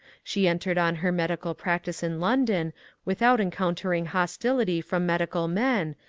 she entered on her medical prac tice in london without encountering hostility from medical men,